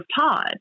Todd